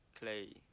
Clay